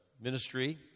ministry